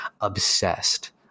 obsessed